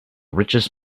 richest